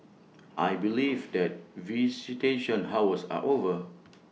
I believe that visitation hours are over